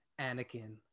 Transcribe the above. Anakin